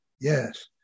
Yes